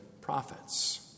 prophets